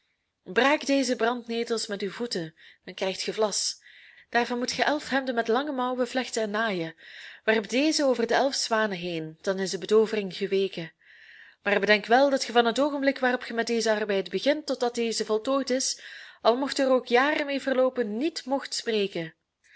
braak deze brandnetels met uw voeten dan krijgt ge vlas daarvan moet ge elf hemden met lange mouwen vlechten en naaien werp deze over de elf zwanen heen dan is de betoovering geweken maar bedenk wel dat ge van het oogenblik waarop ge met dezen arbeid begint totdat deze voltooid is al mochten er ook jaren mee verloopen niet moogt spreken